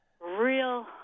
real—